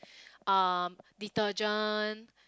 um detergent